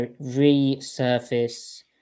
resurface